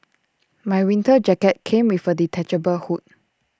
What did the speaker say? my winter jacket came with A detachable hood